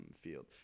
field